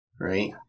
Right